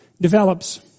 develops